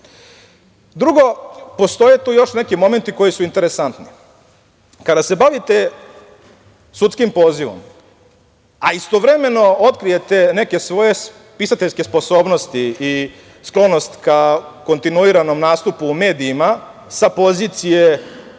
tačno. Drugo, postoje tu još neki momenti koji su interesantni. Kada se bavite sudskim pozivom, a istovremeno otkrijete neke svoje spisateljske sposobnosti i sklonost ka kontinuiranom nastupu u medijima sa pozicije